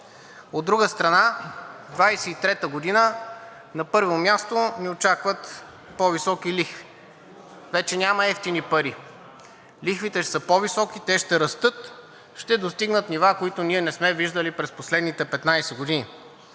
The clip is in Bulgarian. От друга страна, 2023 г. на първо място, ни очакват по-високи лихви – вече няма евтини пари. Лихвите ще са по-високи, те ще растат и ще достигнат нива, които ние не сме виждали през последните 15 години.